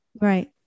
Right